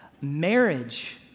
marriage